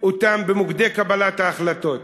אותם במוקדי קבלת ההחלטות.